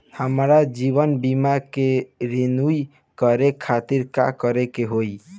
हमार जीवन बीमा के रिन्यू करे खातिर का करे के होई?